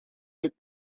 get